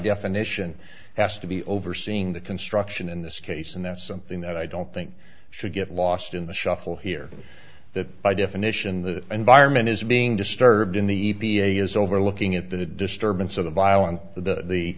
definition has to be overseeing the construction in this case and that's something that i don't think should get lost in the shuffle here that by definition the environment is being disturbed in the e p a is over looking at the disturbance of the violence the the